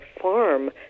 farm